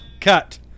cut